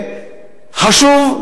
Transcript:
חשוב,